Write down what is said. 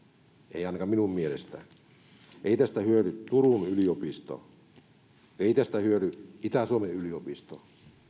ei ainakaan minun mielestäni ei tästä hyödy turun yliopisto ei tästä hyödy itä suomen yliopisto